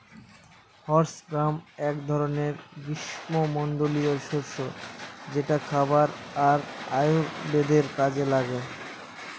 horse gram এক ধরনের গ্রীস্মমন্ডলীয় শস্য যেটা খাবার আর আয়ুর্বেদের কাজে লাগে